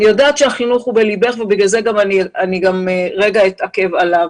אני יודעת שהחינוך הוא בלבך ולכן אני אתעכב עליו.